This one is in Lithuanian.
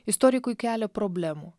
istorikui kelia problemų